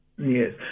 Yes